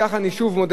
היועצת המשפטית,